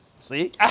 See